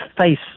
face